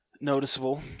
noticeable